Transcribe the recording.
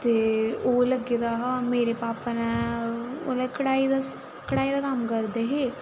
ते ओह् लग्गे दा हा मेरे पापा ने उसलै कढ़ाई कढ़ाई दा कम्म करदे हे